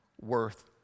worth